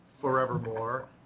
forevermore